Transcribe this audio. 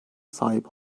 sahip